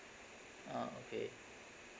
uh okay